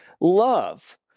love